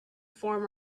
form